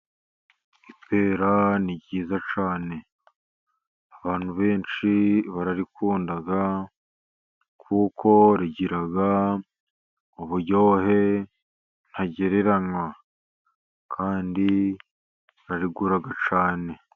Ipera ni ryiza cayne, abantu benshi bararikunda, kuko rigira uburyohe ntagereranywa, kandi ndarigura cyane.